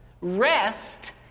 Rest